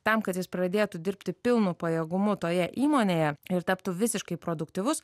tam kad jis pradėtų dirbti pilnu pajėgumu toje įmonėje ir taptų visiškai produktyvus